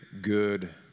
good